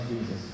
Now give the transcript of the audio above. Jesus